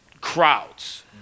crowds